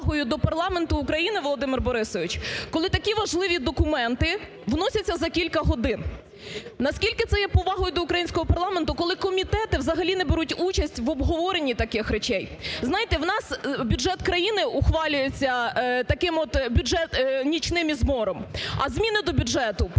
Володимире Борисовичу, коли такі важливі документи вносяться за кілька годин? Наскільки це є повагою до українського парламенту, коли комітети взагалі не беруть участь в обговорені таких речей? Знаєте, у нас бюджет країни ухвалюється таким от нічним ізмором, а зміни до бюджету